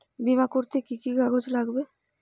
বিমা করতে কি কি কাগজ লাগবে?